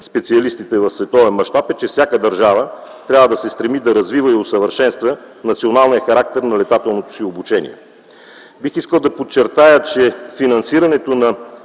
специалистите в световен мащаб е, че всяка държава трябва да се стреми да развива и усъвършенства националния характер на летателното си обучение. Бих искал да подчертая, че финансирането на